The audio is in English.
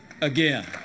Again